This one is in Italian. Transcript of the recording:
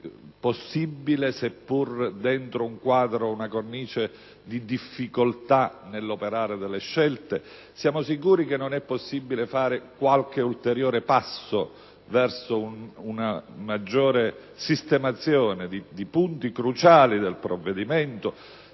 possibile, seppure dentro una cornice di difficoltà nell'operare delle scelte. Siamo sicuri che non è possibile fare qualche passo ulteriore verso una migliore sistemazione dei punti cruciali del provvedimento?